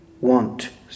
want